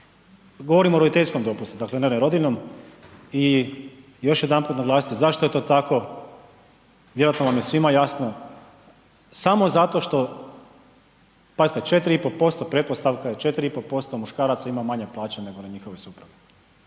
govorimo o roditeljskom dopustu, dakle ne o rodiljnom. I još jednom ću naglasiti zašto je to tako, vjerojatno vam je svima jasno, samo zato što, pazite 4,5%, pretpostavka je 4,5% muškaraca ima manje plaće nego njihove supruge.